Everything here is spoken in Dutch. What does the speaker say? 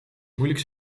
moeilijk